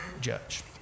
judge